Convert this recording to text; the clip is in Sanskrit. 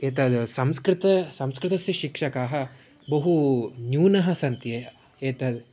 एतद् संस्कृतस्य संस्कृतस्य शिक्षकाः बहु न्यूनाः सन्ति अयम् एतद्